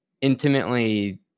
intimately